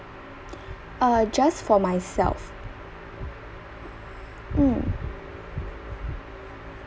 uh just for myself mm